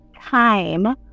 time